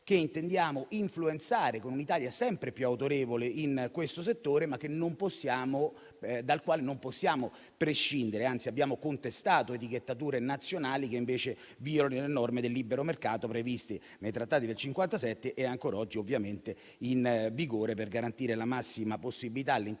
che intendiamo influenzare con un'Italia sempre più autorevole in questo settore, ma dal quale non possiamo prescindere. Anzi, abbiamo contestato etichettature nazionali che invece violano le norme del libero mercato previste nei Trattati del 1957 e ancora oggi ovviamente in vigore, per garantire la massima possibilità all'interno